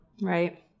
Right